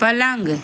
पलंग